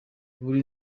buri